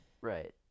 right